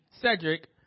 Cedric